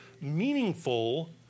meaningful